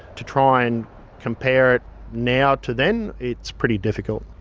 to try and compare it now to then, it's pretty difficult.